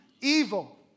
evil